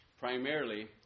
Primarily